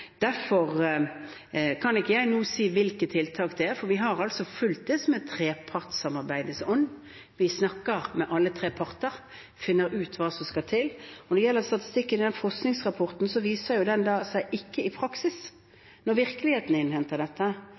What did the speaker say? Derfor kan ikke jeg nå si hvilke tiltak det er. Vi gjør det som er i trepartssamarbeidets ånd: Vi snakker med alle de tre partene og finner ut hva som skal til. Når det gjelder statistikken i den forskningsrapporten, viser det seg ikke i praksis, når man blir innhentet av virkeligheten,